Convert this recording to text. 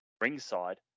ringside